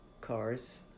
cars